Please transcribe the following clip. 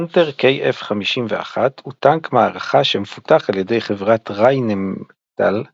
פנתר KF51 הוא טנק מערכה שמפותח על ידי חברת ריינמטאל הגרמנית,